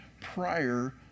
prior